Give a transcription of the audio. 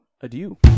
Adieu